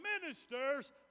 ministers